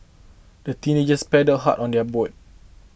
the teenagers paddled hard on their boat